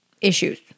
issues